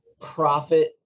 profit